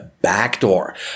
backdoor